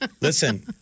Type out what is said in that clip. Listen